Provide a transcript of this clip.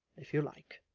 if you like,